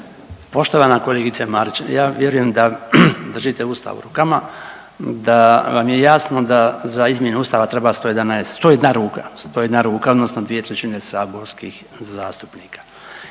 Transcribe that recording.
Poštovana kolegice Marić ja vjerujem da držite usta u rukama, da vam je jasno da za izmjene Ustava treba 111, 101 ruka, 101 ruka odnosno 2/3 saborskih zastupnika.